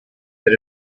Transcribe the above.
that